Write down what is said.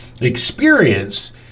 experience